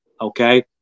Okay